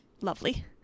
lovely